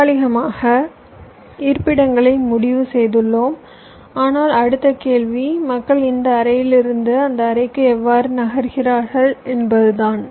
தற்காலிகமாக இருப்பிடங்களை முடிவு செய்துள்ளோம் ஆனால் அடுத்த கேள்வி மக்கள் இந்த அறையிலிருந்து அந்த அறைக்கு எவ்வாறு நகர்கிறார்கள் என்பதுதான்